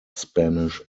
spanish